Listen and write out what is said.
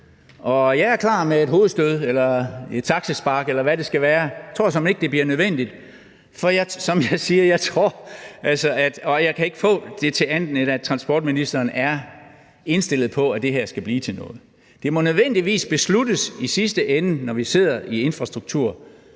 jeg er klar med et hovedstød eller et taxaspark, eller hvad det skal være. Jeg tror såmænd ikke, at det bliver nødvendigt, for jeg kan ikke få det til andet, end at transportministeren er indstillet på, at det her skal blive til noget. Det må nødvendigvis besluttes i sidste ende, når vi sidder i forhandlingerne